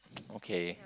okay